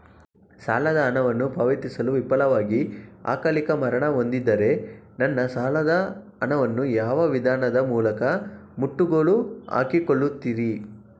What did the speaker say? ಸಾಲದ ಹಣವು ಪಾವತಿಸಲು ವಿಫಲವಾಗಿ ಅಕಾಲಿಕ ಮರಣ ಹೊಂದಿದ್ದರೆ ನನ್ನ ಸಾಲದ ಹಣವನ್ನು ಯಾವ ವಿಧಾನದ ಮೂಲಕ ಮುಟ್ಟುಗೋಲು ಹಾಕಿಕೊಳ್ಳುತೀರಿ?